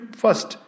first